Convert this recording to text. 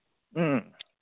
ꯎꯝ